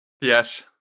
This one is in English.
Yes